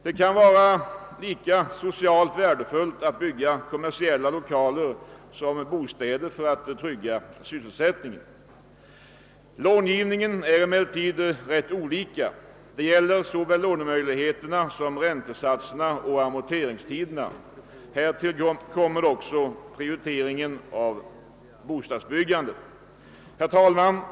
Det kan vara lika socialt värdefullt att bygga kommersiella lokaler som att bygga bostäder för att trygga sysselsättningen. Långivningen är emellertid olika. Det gäller såväl lånemöjligheterna som räntesatserna och amorteringstiderna. Härtill kommer också prioriteringen av bostadsbyggandet. Herr talman!